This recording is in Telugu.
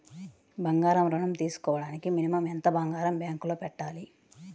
బంగారం ఋణం తీసుకోవడానికి మినిమం ఎంత బంగారం బ్యాంకులో పెట్టాలి?